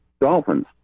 Dolphins